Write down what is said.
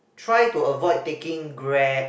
try to avoid taking Grab